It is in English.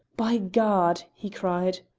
by god! he cried.